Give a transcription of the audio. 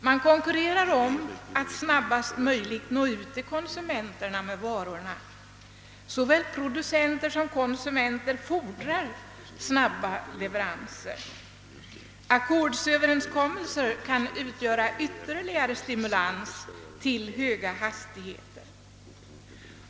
Man konkurrerar om att snabbast möjligt nå ut till konsumenterna med varorna. Såväl producenter som konsumenter fordrar snabba leveranser. Ackordsöverenskommelser kan utgöra ytterligare stimulans till höga hastigheter.